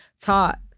taught